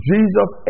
Jesus